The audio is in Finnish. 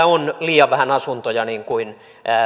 on liian vähän asuntoja niin kuin